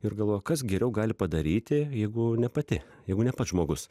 ir galvojo kas geriau gali padaryti jeigu ne pati jeigu ne pats žmogus